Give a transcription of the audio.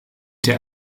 der